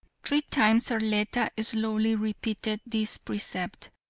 three times arletta slowly repeated this precept,